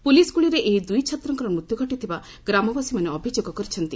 police ଗୁଳିରେ ଏହି ଦୁଇ ଛାତ୍ରଙ୍କର ମୃତ୍ୟୁ ଘଟିଥିବା ଗ୍ରାମବାସୀମାନେ ଅଭିଯୋଗ କରିଛନ୍ତି